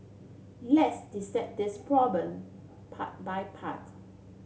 let's dissect this problem part by part